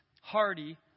hardy